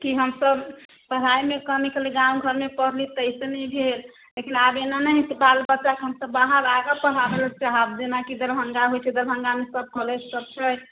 की हमसब पढ़ाइमे कमी केलिए गाम घरमे पढ़ली ताहिसँ नहि भेल लेकिन आब एना नहि हेतै बाल बच्चाके हमसब बाहर राखब पढ़ाबैलए जेना दरभङ्गा होइ छै दरभङ्गामे सब कॉलेजसब छै